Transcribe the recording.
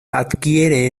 adquiere